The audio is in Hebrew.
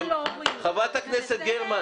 חברת הכנסת גרמן,